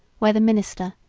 where the minister,